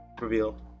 reveal